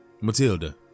Matilda